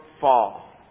fall